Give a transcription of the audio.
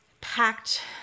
packed